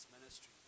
ministry